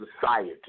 society